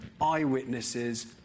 eyewitnesses